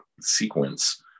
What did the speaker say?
sequence